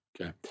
Okay